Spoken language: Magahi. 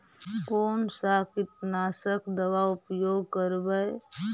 कोन सा कीटनाशक दवा उपयोग करबय?